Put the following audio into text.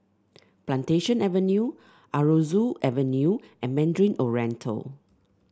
Plantation Avenue Aroozoo Avenue and Mandarin Oriental